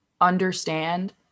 understand